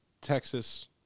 Texas